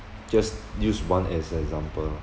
just use one as example lah